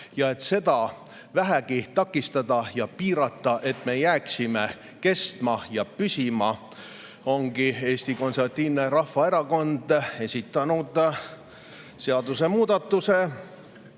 ja et seda vähegi takistada ja piirata, et me jääksime kestma ja püsima, ongi Eesti Konservatiivne Rahvaerakond esitanud välismaalaste